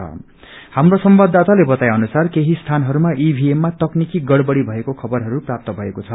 झाप्रो संवाददाताले बताए अनुसार केही स्थानहरूमम ईभीएम मा तकनीकि गढ़बढ़ी भएको खबरहरू प्राप्त भएको छ